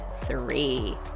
three